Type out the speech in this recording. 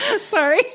Sorry